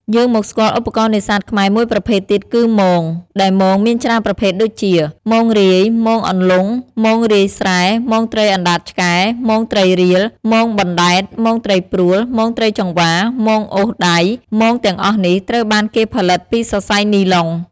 យើងមកស្គាល់ឧបករណ៍នេសាទខ្មែរមួយប្រភេទទៀតគឺ មង ដែលមងមានច្រើនប្រភេទដូចជា មងរាយ មងអន្លង់ មងរាយស្រែ មងត្រីអណ្តាតឆ្កែ មងត្រីរៀល មងបណ្តែត មងត្រីព្រួល មងត្រីចង្វា មងអូសដៃ។ល។ មងទាំងអស់នេះត្រូវបានគេផលិតពីសរសៃនីឡុង។